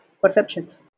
perceptions